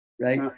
right